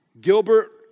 Gilbert